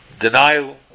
denial